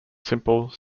simple